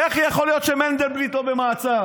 איך יכול להיות שמנדלבליט לא במעצר?